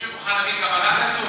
מישהו מוכן להביא קבלה כזאת?